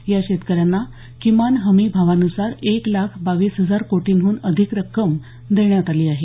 या शेतकऱ्यांना किमान हमी भावानुसार एक लाख बावीस हजार कोटींहून अधिक रक्कम देण्यात आली आहे